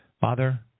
Father